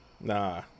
Nah